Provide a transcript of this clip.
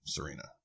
Serena